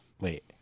wait